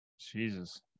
jesus